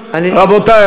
רבותי,